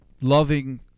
loving